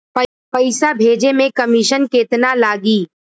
पैसा भेजे में कमिशन केतना लागि?